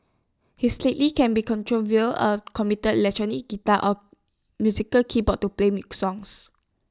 his lately can be controlled via A computer electric guitar or musical keyboard to play milk songs